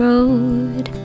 Road